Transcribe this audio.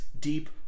deep